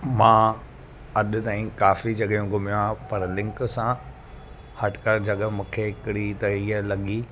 मां अॼु ताईं काफ़ी जॻहयूं घुमियो आहे पर लिंक सां हटकर जॻह मूंखे हिकिड़ी त इहा लॻी